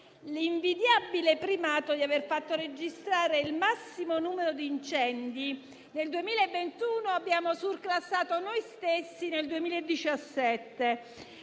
l'invidiabile primato di aver fatto registrare il massimo numero di incendi nel 2021 - abbiamo surclassato il nostro